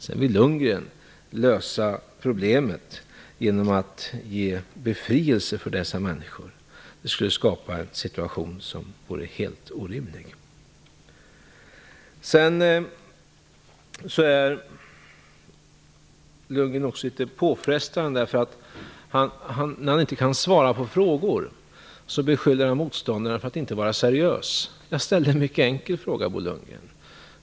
Sedan vill Lundgren lösa problemet genom att ge befrielse för dessa människor. Det skulle skapa en situation som vore helt orimlig. Bo Lundgren är också litet påfrestande därför att när han inte kan svara på frågor, beskyller han motståndaren för att inte vara seriös. Jag ställde en mycket enkel fråga, Bo Lundgren.